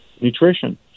nutrition